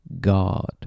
God